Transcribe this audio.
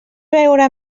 veure